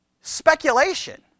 Speculation